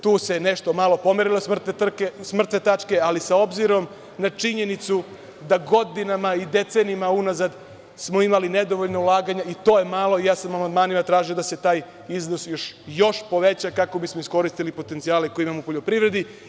Tu se nešto malo pomerilo sa mrtve tačke, ali s obzirom na činjenicu da godinama i decenijama unazad smo imali nedovoljna ulaganja i to je malo, i ja sam amandmanima tražio da se taj iznos još više poveća kako bismo iskoristili potencijale koje imamo u poljoprivredi.